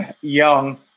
young